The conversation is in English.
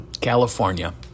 California